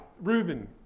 Reuben